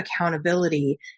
accountability